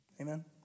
Amen